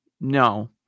no